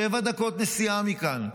שבע דקות נסיעה מכאן,